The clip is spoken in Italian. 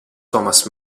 thomas